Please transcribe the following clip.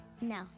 No